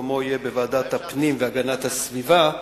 מקומו יהיה בוועדת הפנים והגנת הסביבה,